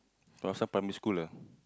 oh some primary school ah